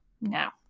now